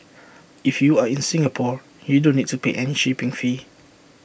if you are in Singapore you don't need to pay any shipping fee